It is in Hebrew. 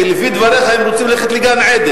כי לפי דבריך הם רוצים ללכת לגן-עדן,